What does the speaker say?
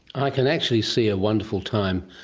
i can actually see a wonderful time,